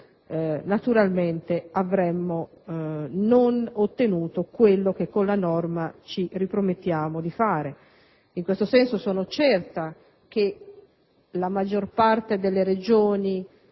naturalmente non avremmo ottenuto quello che con la norma ci ripromettiamo di fare. In questo senso, sono certa che la maggior parte delle Regioni